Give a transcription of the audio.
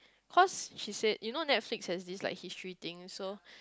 cause she said you know Netflix has this like history thing so